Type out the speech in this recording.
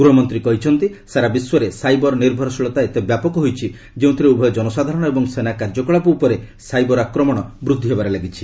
ଗୃହମନ୍ତୀ କହିଛନ୍ତି ସାରା ବିଶ୍ୱରେ ସାଇବର ନିର୍ଭରଶୀଳତା ଏତେ ବ୍ୟାପକ ହୋଇଛି ଯେଉଁଥିରେ ଉଭୟ ଜନସାଧାରଣ ଏବଂ ସେନା କାର୍ଯ୍ୟକଳାପ ଉପରେ ସାଇବର ଆକ୍ରମଣ ବୃଦ୍ଧି ହେବାରେ ଲାଗିଛି